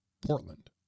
Portland